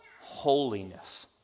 holiness